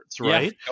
Right